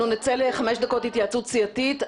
אנחנו נצא לחמש דקות התייעצות סיעתית.